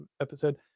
episode